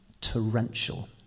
torrential